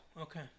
Okay